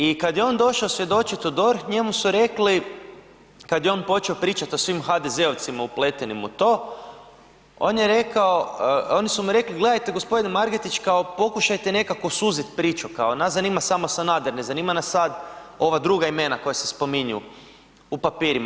I kad je on došao svjedočit u DORH njemu su rekli, kad je on počeo pričati o svim HDZ-ovcima upletenim u to, on je rekao, oni su mu rekli gledajte gospodine Margeti pokušajte nekako suzit priču, nas zanima samo Sanader, ne zanima nas sad ova druga imena koja se spominju u papirima.